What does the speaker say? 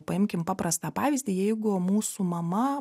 paimkim paprastą pavyzdį jeigu mūsų mama